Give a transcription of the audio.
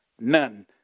None